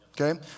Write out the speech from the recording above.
okay